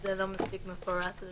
זה לא מספיק מפורט.